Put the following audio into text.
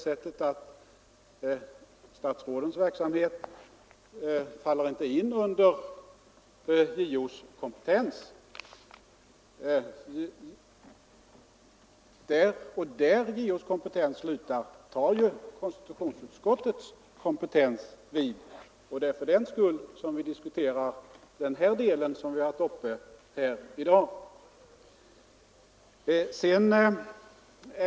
Statsrådens verksamhet faller ju inte under JO:s kompetens, och där JO:s kompetens slutar tar konstitutionsutskottets kompetens vid. Det är fördenskull vi i dag diskuterar den del av frågan som nu är uppe till behandling.